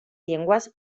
llengües